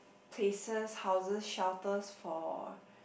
places houses shelters for